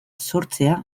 sortzea